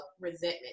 resentment